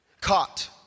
Caught